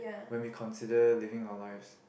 when we consider living our lives